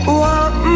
want